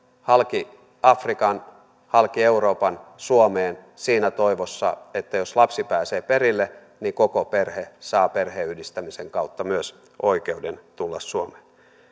halki afrikan halki euroopan suomeen siinä toivossa että jos lapsi pääsee perille niin koko perhe saa perheenyhdistämisen kautta myös oikeuden tulla suomeen